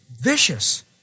vicious